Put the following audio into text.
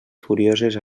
furioses